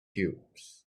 cubes